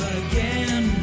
again